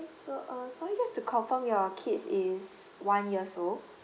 so uh sorry just to confirm your kid is one years old